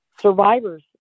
survivors